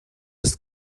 ist